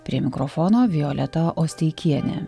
prie mikrofono violeta osteikienė